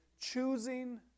choosing